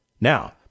Now